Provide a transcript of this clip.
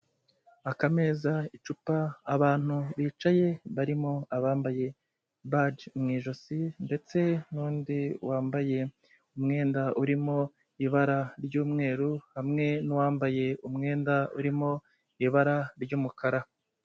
Akameza, icupa, abantu bicaye barimo abambaye bage mu ijosi, ndetse n'undi wambaye umwenda urimo ibara ry'umweru, hamwe n'uwambaye umwenda urimo ibara ry'umukara.